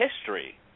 history